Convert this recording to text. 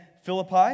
Philippi